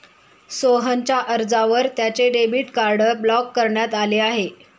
सोहनच्या अर्जावर त्याचे डेबिट कार्ड ब्लॉक करण्यात आले आहे